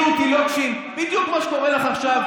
האכילו אותי לוקשים, בדיוק כמו שקורה לך עכשיו.